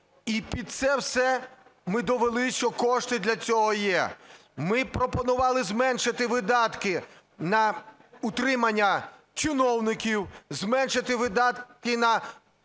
І під це все ми довели, що кошти для цього є. Ми пропонували зменшити видатки на утримання чиновників, зменшити видатки на